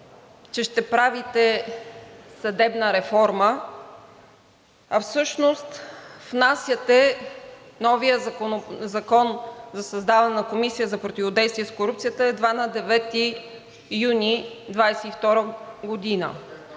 че ще правите съдебна реформа, а всъщност внасяте новия Закон за създаване на Комисия за противодействие на корупцията едва на 9 юни 2022 г.